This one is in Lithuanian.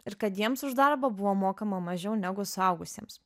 ir kad jiems už darbą buvo mokama mažiau negu suaugusiems